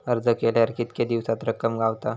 अर्ज केल्यार कीतके दिवसात रक्कम गावता?